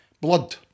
blood